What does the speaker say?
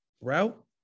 route